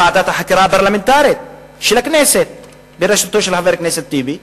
ואם ועדת החקירה הפרלמנטרית של הכנסת בראשות חבר הכנסת טיבי,